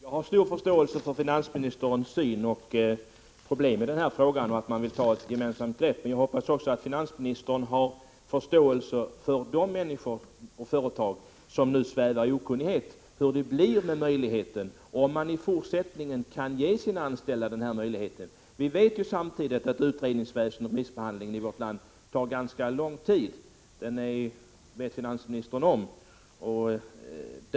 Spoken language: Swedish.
Fru talman! Jag har stor förståelse för finansministerns synpunkt, att han vill ta ett gemensamt grepp. Men jag hoppas också att finansministern har förståelse för de människor och företag som nu svävar i okunnighet om hur det blir, om företagen i fortsättningen kan ge sina anställda denna möjlighet. Vi vet att utredande och remissbehandling tar ganska lång tid — det vet finansministern om.